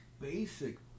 basic